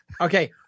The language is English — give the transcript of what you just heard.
Okay